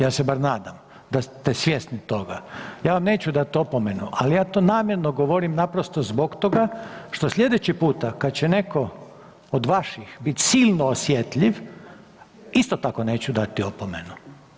Ja se bar nadam da ste svjesni toga, ja vam neću dati opomenu ali ja to namjerno govorim naprosto zbog toga što slijedeći puta kad će netko od vaših bit silno osjetljiv, isto tako neću dati opomenu.